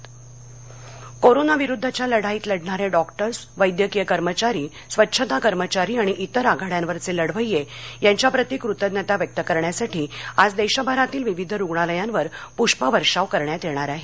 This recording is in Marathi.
आभार प्रदर्शन कोरोनाविरुद्धच्या लढाईत लढणारे डॉक्टर्स वैद्यकीय कर्मचारी स्वच्छता कर्मचारी आणि विर आघाड्यांवरचे लढवय्ये यांच्याप्रती कृतज्ञता व्यक्त करण्यासाठी आज देशभरातील विविध रुग्णालयांवर प्ष्पवर्षाव करण्यात येणार आहे